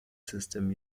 system